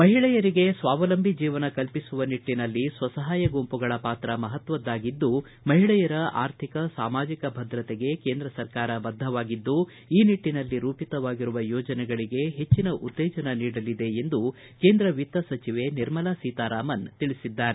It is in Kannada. ಮಹಿಳೆಯರಿಗೆ ಸ್ವಾವಲಂಬ ಜೀವನ ಕಲ್ಪಿಸುವ ನಿಟ್ಟಿನಲ್ಲಿ ಸ್ವಸಪಾಯ ಗುಂಪುಗಳ ಪಾತ್ರ ಮಹತ್ವದ್ದಾಗಿದ್ದು ಮಹಿಳೆಯರ ಆರ್ಥಿಕ ಸಾಮಾಜಿಕ ಭದ್ರತೆಗೆ ಕೇಂದ್ರ ಸರ್ಕಾರ ಬದ್ದವಾಗಿದ್ದು ಈ ನಿಟ್ಟನಲ್ಲಿ ರೂಪಿತವಾಗಿರುವ ಯೋಜನೆಗಳಿಗೆ ಹೆಚ್ಚಿನ ಉತ್ತೇಜನ ನೀಡಲಿದೆ ಎಂದು ಕೇಂದ್ರ ವಿತ್ತ ಸಚಿವೆ ನಿರ್ಮಲಾ ಸೀತಾರಾಮನ್ ತಿಳಿಸಿದ್ದಾರೆ